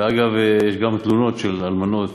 ואגב, יש גם תלונות של אלמנות